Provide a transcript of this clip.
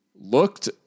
looked